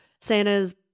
Santa's